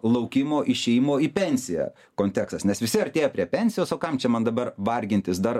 laukimo išėjimo į pensiją kontekstas nes visi artėja prie pensijos o kam čia man dabar vargintis dar